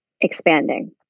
expanding